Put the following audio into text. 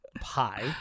pie